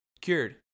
Cured